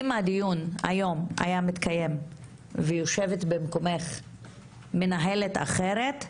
אם הדיון היום היה מתקיים ויושבת במקומך מנהלת אחרת,